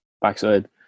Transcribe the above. backside